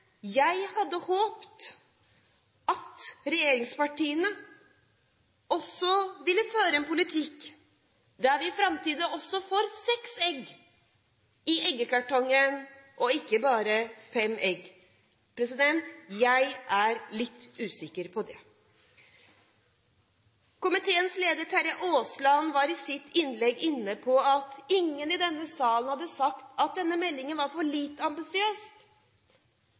Jeg hadde håpet at regjeringspartiene også ville føre en politikk der vi i framtiden får seks egg i eggkartongen – ikke bare fem egg. Jeg er litt usikker på det. Komiteens leder, Terje Aasland, var i sitt innlegg inne på at ingen i denne salen har sagt at denne meldingen er for lite